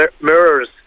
mirrors